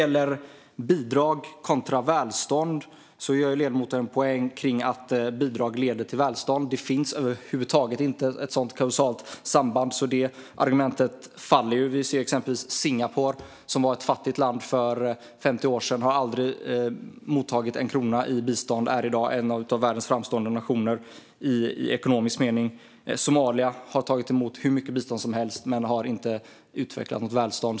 Ledamoten gör en poäng av att bidrag skulle leda till välstånd. Det finns över huvud taget inte något sådant kausalt samband, så det argumentet faller. Singapore var ett fattigt land för 50 år sedan. Det har aldrig mottagit en krona i bistånd men är i dag en av världens framstående nationer i ekonomisk mening. Somalia har tagit emot hur mycket bistånd som helst men har inte utvecklat något välstånd.